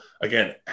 again